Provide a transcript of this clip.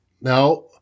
Now